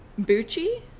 Bucci